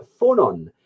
Phonon